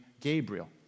Gabriel